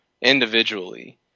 Individually